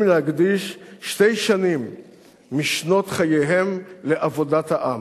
להקדיש שתי שנים משנות חייהם לעבודת העם.